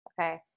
Okay